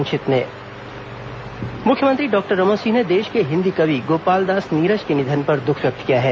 संक्षिप्त समाचार मुख्यमंत्री डॉक्टर रमन सिंह ने देश के हिन्दी कवि गोपाल दास नीरज के निधन पर दुःख व्यक्त किया है